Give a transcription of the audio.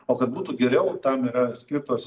o kad būtų geriau tam yra skirtos